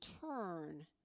turn